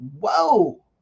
Whoa